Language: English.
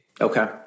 okay